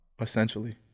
essentially